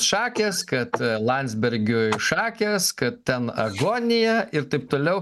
šakės kad landsbergiui šakės kad ten agonija ir taip toliau